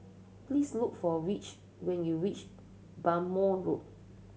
please look for Rich when you reach Bhamo Road